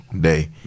day